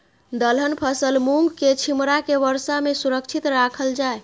दलहन फसल मूँग के छिमरा के वर्षा में सुरक्षित राखल जाय?